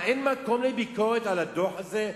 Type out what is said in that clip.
מה, אין מקום לביקורת על הדוח הזה?